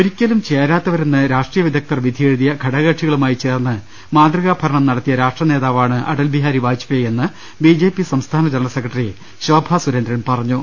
ഒരിക്കലും ചേരാത്തവരെന്ന് രാഷ്ട്രീയ വിദഗ് ധർ വിധിയെഴുതിയ ഘടകകക്ഷികളുമായിചേർന്ന് മാതൃകാ ഭരണം നടത്തിയ രാഷ്ട്ര നേതാവാണ് അടൽ ബിഹാരി വാജ്പേയിയെന്ന് ബിജെപി സംസ്ഥാന ജനറൽ സെക്രട്ടറി ശോഭാ സുരേന്ദ്രൻ പറഞ്ഞു